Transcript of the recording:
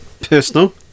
personal